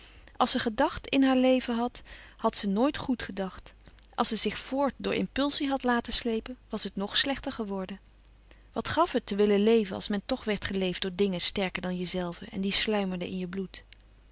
als ze gedacht in haar leven had had ze nooit goed gedacht als ze zich voort door impulsie had laten slepen was het nog slechter geworden wat gaf het te willen leven als men toch werd geleefd door dingen sterker dan jezelve en die sluimerden in je bloed